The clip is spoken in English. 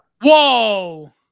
Whoa